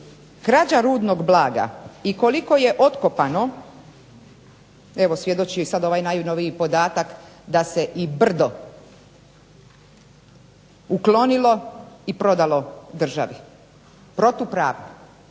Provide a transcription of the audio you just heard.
krađa rudnog blaga i koliko je otkopano, evo svjedoči sad ovaj najnoviji podatak da se i brdo uklonilo i prodalo državi protupravno.